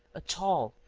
a tall,